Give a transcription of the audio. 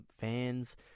fans